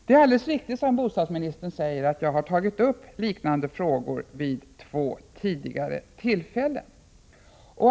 Det är alldeles riktigt som bostadsministern säger att jag har tagit upp liknande frågor vid två tidigare tillfällen.